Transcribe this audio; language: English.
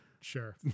Sure